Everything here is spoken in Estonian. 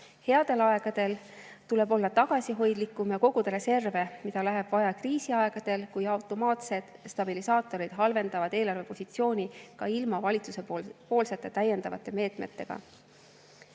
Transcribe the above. Headel aegadel tuleb olla tagasihoidlikum ja koguda reserve, mida läheb vaja kriisiaegadel, kui automaatsed stabilisaatorid halvendavad eelarvepositsiooni ka ilma valitsuse täiendavate meetmeteta.